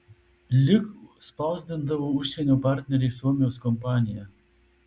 lik spausdindavo užsienio partneriai suomijos kompanija